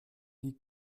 die